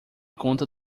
conta